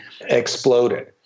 exploded